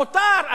מותר.